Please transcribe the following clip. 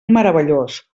meravellós